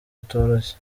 utoroshye